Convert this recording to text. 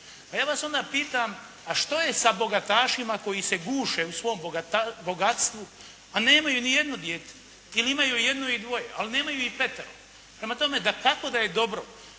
Pa ja vas onda pitam, a što je sa bogatašima koji se guše u svom bogatstvu, a nemaju ni jedno dijete ili imaju jedno ili dvoje, al' nemaju ih petero. Prema tome, dakako da je dobro